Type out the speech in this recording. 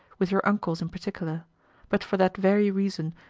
with your uncles in particular but for that very reason,